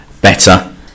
Better